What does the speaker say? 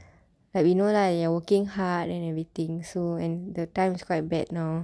like we know lah you are working hard and everything so and the times quite bad now